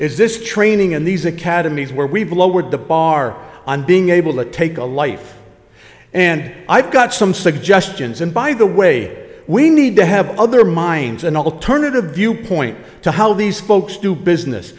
is this training in these academies where we blowed the bar on being able to take a life and i've got some suggestions and by the way we need to have other minds an alternative viewpoint to how these folks do business